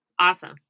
Awesome